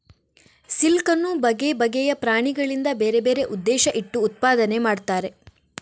silk ಅನ್ನು ಬಗೆ ಬಗೆಯ ಪ್ರಾಣಿಗಳಿಂದ ಬೇರೆ ಬೇರೆ ಉದ್ದೇಶ ಇಟ್ಟು ಉತ್ಪಾದನೆ ಮಾಡ್ತಾರೆ